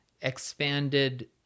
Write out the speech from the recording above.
expanded